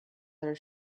their